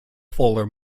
fuller